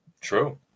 true